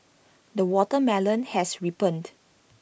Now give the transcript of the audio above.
the watermelon has ripened